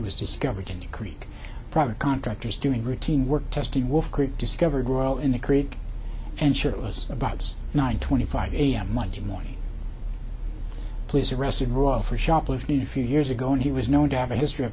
was discovered in the creek private contractors doing routine work testing wolf creek discovered while in the creek and sure it was about nine twenty five a m monday morning police arrested rule for shoplifting a few years ago and he was known to have a history of